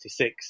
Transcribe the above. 1966